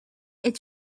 est